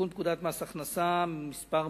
לתיקון פקודת מס הכנסה (מס'